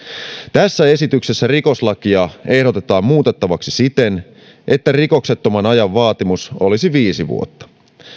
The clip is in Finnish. tässä esityksessä rikoslakia ehdotetaan muutettavaksi siten että rikoksettoman ajan vaatimus olisi viisi vuotta